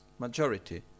majority